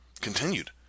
Continued